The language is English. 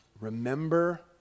Remember